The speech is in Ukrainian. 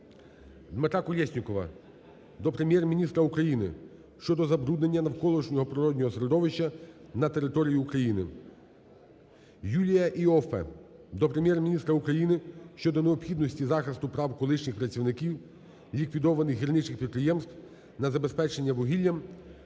Дмитра Колєснікова до Прем'єр-міністра України щодо забруднення навколишнього природного середовища на території України. Юлія Іоффе до Прем'єр-міністра України щодо необхідності захисту прав колишніх працівників ліквідованих гірничих підприємств на забезпечення вугіллям